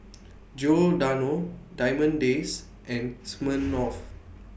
Giordano Diamond Days and Smirnoff